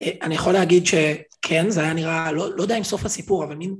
אני יכול להגיד שכן, זה היה נראה לא יודע אם סוף הסיפור אבל